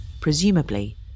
presumably